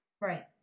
right